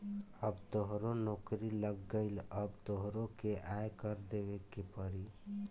अब तोहरो नौकरी लाग गइल अब तोहरो के आय कर देबे के पड़ी